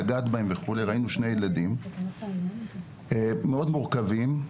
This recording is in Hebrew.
ראינו שני ילדים, מאוד מורכבים,